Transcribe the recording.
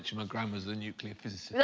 my grandma's a nuclear physicist